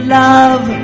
love